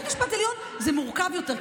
זה מורכב יותר,